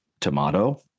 tomato